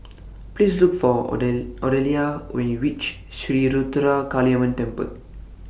Please Look For Oden Odelia when YOU REACH Sri Ruthra Kaliamman Temple